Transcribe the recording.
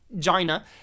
China